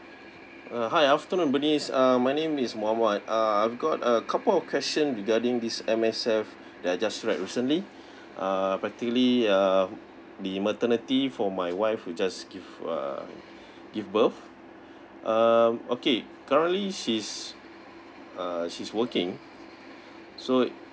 uh hi afternoon bernice um my name is mohamad uh I've got a couple of question regarding this M_S_F that I've just read recently uh particularly uh the maternity for my wife who just give uh give birth um okay currently she's uh she's working so it